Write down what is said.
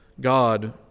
God